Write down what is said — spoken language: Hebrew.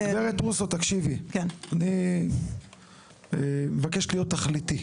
גברת רוסו תקשיבי, אני מבקש להיות תכליתי.